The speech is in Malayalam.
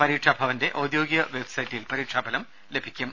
പരീക്ഷാഭവന്റെ ഔദ്യോഗിക വെബ്സൈറ്റിൽ പരീക്ഷാഫലം ലഭിക്കും